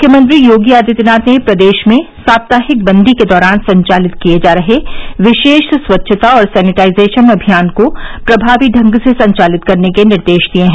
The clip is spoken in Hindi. मुख्यमंत्री योगी आदित्यनाथ ने प्रदेश में साप्ताहिक बन्दी के दौरान संचालित किये जा रहे विशेष स्वच्छता और सैनिटाइजेशन अभियान को प्रभावी ढंग से संचालित करने के निर्देश दिये हैं